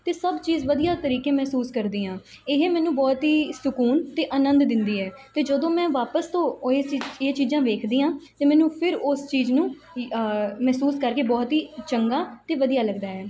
ਅਤੇ ਸਭ ਚੀਜ਼ ਵਧੀਆ ਤਰੀਕੇ ਮਹਿਸੂਸ ਕਰਦੀ ਹਾਂ ਇਹ ਮੈਨੂੰ ਬਹੁਤ ਹੀ ਸਕੂਨ ਅਤੇ ਆਨੰਦ ਦਿੰਦੀ ਹੈ ਅਤੇ ਜਦੋਂ ਮੈਂ ਵਾਪਸ ਤੋਂ ਓ ਇਹ ਚੀ ਇਹ ਚੀਜ਼ਾਂ ਵੇਖਦੀ ਹਾਂ ਤਾਂ ਮੈਨੂੰ ਫਿਰ ਉਸ ਚੀਜ਼ ਨੂੰ ਮਹਿਸੂਸ ਕਰਕੇ ਬਹੁਤ ਹੀ ਚੰਗਾ ਅਤੇ ਵਧੀਆ ਲੱਗਦਾ ਹੈ